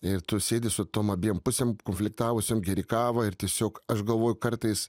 ir tu sėdi su tom abiem pusėm konfliktavusiom geri kavą ir tiesiog aš galvoju kartais